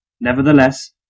Nevertheless